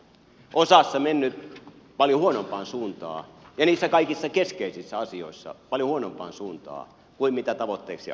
osassa on mennyt paljon huonompaan suuntaan ja niissä kaikissa keskeisissä asioissa paljon huonompaan suuntaan kuin mitä tavoitteeksi alun perin asetitte